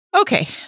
Okay